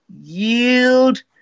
yield